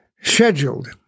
scheduled